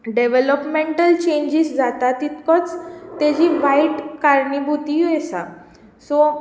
developmental changes जाता तितको तेजी वायट कारणीभूतय आसा सो